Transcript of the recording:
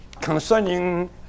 concerning